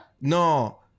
No